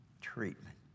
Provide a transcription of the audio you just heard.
treatment